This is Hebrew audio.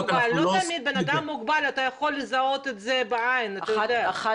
לא תמיד אתה יכול לזהות בעין אדם מוגבל .